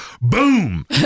boom